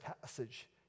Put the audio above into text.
passage